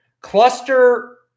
Cluster